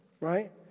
Right